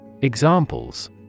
Examples